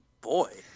Boy